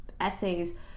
essays